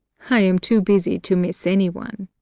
i am too busy to miss any one.